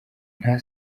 nta